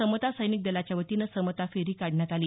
तर समता सैनिक दलाच्यावतीनं समता फेरी काढण्यात आली